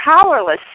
powerless